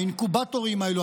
האינקובטורים האלו,